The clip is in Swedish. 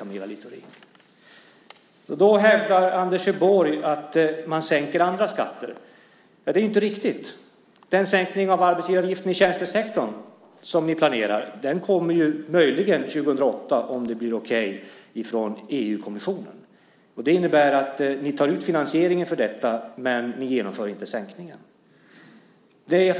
Anders Borg hävdar att man sänker andra skatter. Det är inte riktigt. Den sänkning av arbetsgivaravgiften i tjänstesektorn som ni planerar kommer möjligen 2008, om det blir okej från EU-kommissionen. Det innebär att ni tar ut finansieringen för detta, men ni genomför inte sänkningen. Ni